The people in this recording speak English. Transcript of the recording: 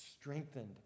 strengthened